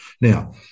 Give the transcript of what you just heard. Now